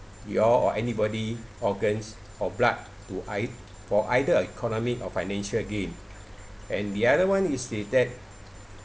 your or anybody organs or blood to ei~ for either economy or financial gain and the other [one] is the that